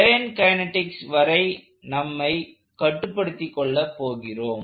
plane kinetics வரை நம்மை கட்டுப்படுத்திக் கொள்ளப் போகிறோம்